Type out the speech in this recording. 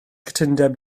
cytundeb